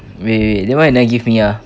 wait wait then why you never give me ah